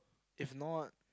is not